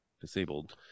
disabled